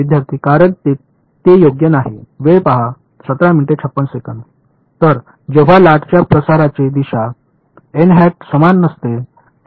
विद्यार्थी कारण ते योग्य नाही तर जेव्हा लाटाच्या प्रसाराची दिशा समान नसते तेव्हा पहिली गोष्ट योग्य नाही